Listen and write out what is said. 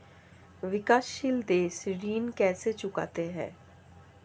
विकाशसील देश ऋण कैसे चुकाते हैं?